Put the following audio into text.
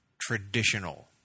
traditional